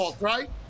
Right